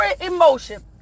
emotion